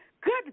Good